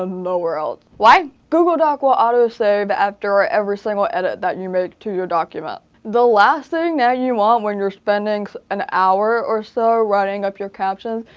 and nowhere else. why? google doc will autosave after ah every single edit that you make to your document. the last thing that you want when you're spending an hour or so writing up your captions,